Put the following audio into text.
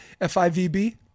FIVB